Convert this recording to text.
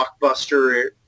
blockbuster